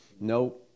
No